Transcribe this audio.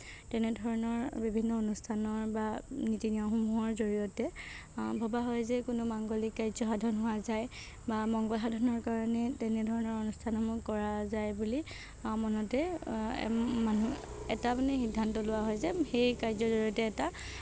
তেনেধৰণৰ বিভিন্ন অনুস্থানৰ বা নীতি নিয়মসমূহৰ জড়িয়তে ভবা হয় যে কোনো মাংগলীক কাৰ্য্য সাধন হোৱা যায় বা মংগল সাধনৰ কাৰণে তেনেধৰণৰ অনুস্থানসমূহ কৰা যায় বুলি মনতে মানুহে এটা মানে সিদ্ধান্ত লোৱা হয় যে সেই কাৰ্য্যৰ জড়িয়তে এটা